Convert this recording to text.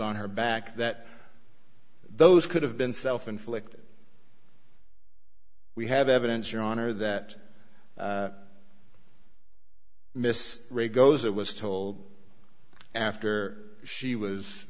on her back that those could have been self inflicted we have evidence your honor that miss ray goes it was told after she was